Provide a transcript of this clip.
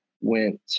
went